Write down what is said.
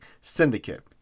syndicate